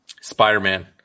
Spider-Man